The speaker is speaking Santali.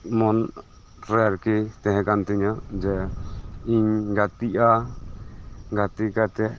ᱢᱚᱱ ᱨᱮ ᱟᱨ ᱠᱤ ᱛᱟᱦᱮᱸ ᱠᱟᱱ ᱛᱤᱧᱟᱹ ᱡᱮ ᱤᱧ ᱜᱟᱛᱮᱜᱼᱟ ᱜᱟᱛᱮ ᱠᱟᱛᱮᱫ